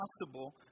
possible